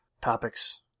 topics